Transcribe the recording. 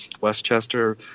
Westchester